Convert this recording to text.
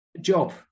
job